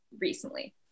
recently